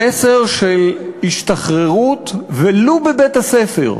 המסר של השתחררות, ולו בבית-הספר,